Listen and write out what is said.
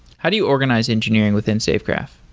how do you organize engineering within safegraph?